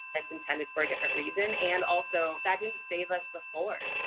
that's intended for a different reason. and also that didn't save us before.